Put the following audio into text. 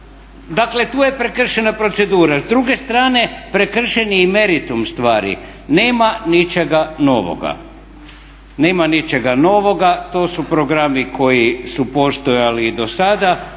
Dakle, tu je prekršena procedura. S druge strane prekršen je i meritum stvari, nema ničega novoga. To su programi koji su postojali i do sada.